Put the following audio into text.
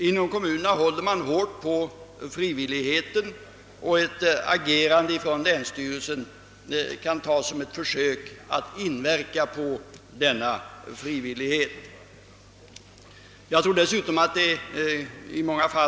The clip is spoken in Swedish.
Inom kommunerna håller man styvt på frivilligheten, och ett agerande från länsstyrelsen kan tas som ett försök att beskära denna frivillighet. Jag tror dessutom att det är onödigt.